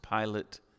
Pilate